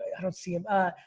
i don't see him.